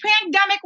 pandemic